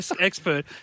expert